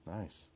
Nice